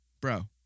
bro